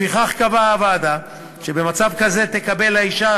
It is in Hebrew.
לפיכך קבעה הוועדה שבמצב כזה תקבל האישה